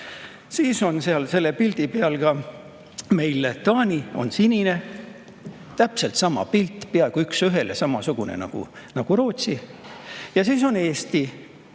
Siis on selle pildi peal ka Taani, see on sinine joon, täpselt sama pilt, peaaegu üks ühele samasugune nagu Rootsil. Ja siis on Eesti.